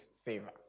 favor